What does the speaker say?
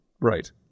right